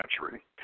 century